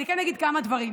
אני אגיד כמה דברים: